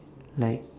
like